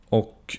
och